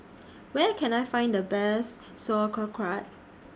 Where Can I Find The Best Sauerkraut